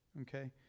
okay